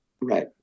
Right